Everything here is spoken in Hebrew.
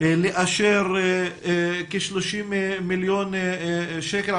לאשר כ-30 מיליון שקל,